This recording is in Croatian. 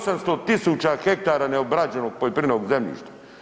800.000 hektara neobrađenog poljoprivrednog zemljišta.